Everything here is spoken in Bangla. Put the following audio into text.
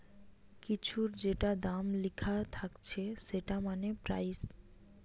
কিছুর যেটা দাম লিখা থাকছে সেটা মানে প্রাইস